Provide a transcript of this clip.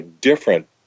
different